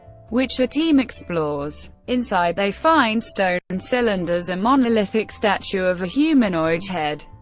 which a team explores. inside, they find stone and cylinders, a monolithic statue of a humanoid head,